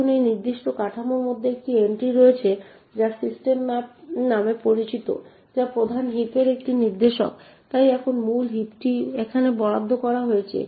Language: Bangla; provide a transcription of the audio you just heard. এখন এই নির্দিষ্ট কাঠামোর মধ্যে একটি এন্ট্রি রয়েছে যা সিস্টেম ম্যাপ নামে পরিচিত যা প্রধান হিপের একটি নির্দেশক তাই এখন মূল হিপটি এখানে বরাদ্দ করা হয়েছে